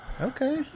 Okay